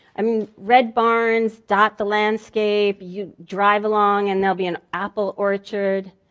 i mean red barns dot the landscape. you drive along, and there'll be an apple orchard.